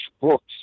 books